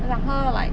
我想喝 like